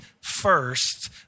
first